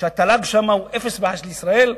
שהתל"ג שם הוא אפס ביחס לישראל,